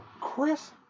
Chris